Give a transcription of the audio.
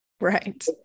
Right